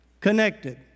connected